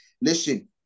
Listen